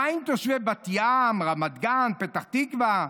מה עם תושבי בת ים, רמת גן, פתח תקווה,